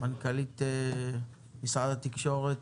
מנכ"לית משרד התקשורת,